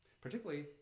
Particularly